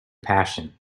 passion